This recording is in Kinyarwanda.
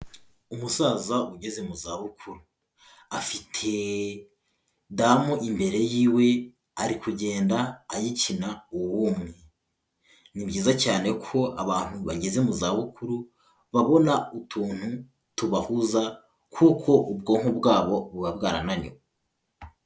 Umusaza ugeze mu zabukuru, afite damu imbere y'iwe ari kugenda ayikina uw'umwe, ni byiza cyane ko abantu bageze mu zabukuru babona utuntu tubahuza kuko ubwonko bwabo buba bwarananiwe.